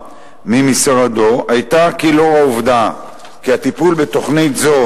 ממשרדו היתה כי לנוכח הטיפול בתוכנית זו,